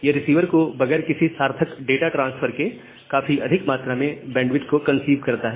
यह रिसीवर को बगैर किसी सार्थक डाटा के ट्रांसफर के काफी अधिक मात्रा में बैंडविड्थ को कंसीव करता है